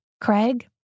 Craig